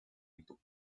into